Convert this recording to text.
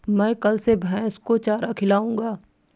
मैं कल से भैस को चारा खिलाऊँगा